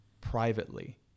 privately